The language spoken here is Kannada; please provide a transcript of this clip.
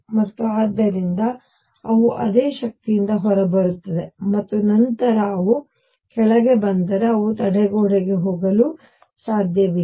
ಮತ್ತು ಆದ್ದರಿಂದ ಅವು ಅದೇ ಶಕ್ತಿಯಿಂದ ಹೊರಬರುತ್ತದೆ ಮತ್ತು ನಂತರ ಅವರು ಕೆಳಗೆ ಬಂದರೆ ಅವು ತಡೆಗೋಡೆಗೆ ಹೋಗಲು ಸಾಧ್ಯವಿಲ್ಲ